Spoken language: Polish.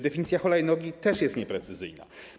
Definicja hulajnogi też jest nieprecyzyjna.